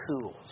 tools